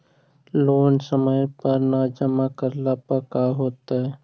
Loan समय पर न जमा करला पर का होतइ?